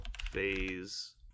Phase